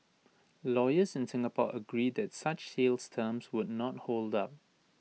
lawyers in Singapore agree that such sales terms would not hold up